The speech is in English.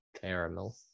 Caramel